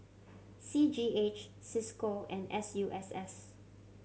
C G H Cisco and S U S S